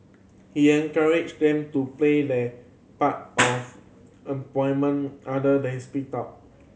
he encouraged them to play their part of other then speak up